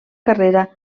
carrera